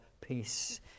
peace